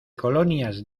colonias